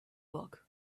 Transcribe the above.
book